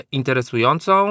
interesującą